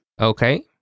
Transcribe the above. Okay